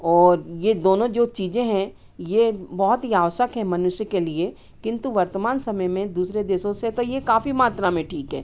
और ये दोनों जो चीज़ें हैं ये बहुत ही आवश्यक है मनुष्य के लिए किन्तु वर्तमान समय में दूसरे देशों से तो ये काफ़ी मात्रा में ठीक हैं